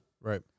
Right